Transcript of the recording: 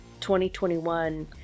2021